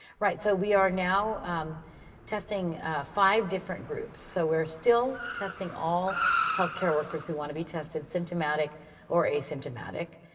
right. so we are now testing five different groups. so we're still testing all healthcare workers who want to be tested, symptomatic or asymptomatic.